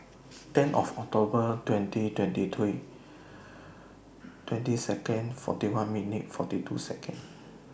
ten of October twenty twenty three twenty Seconds forty one minutes forty two Seconds